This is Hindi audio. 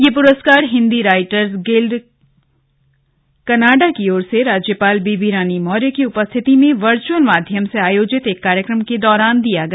यह पुरस्कार हिंदी राइटर्स गिल्ड कनाडा की ओर से राज्यपाल बेबी रानी मौर्य की उपस्थिति में वर्चुअल माध्यम से आयोजित एक कार्यक्रम के दौरान दिया गया